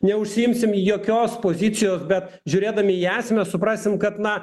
neužsiimsim jokios pozicijos bet žiūrėdami į esmę suprasim kad na